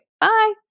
Bye